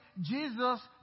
Jesus